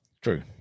True